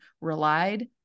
relied